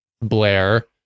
Blair